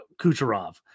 Kucherov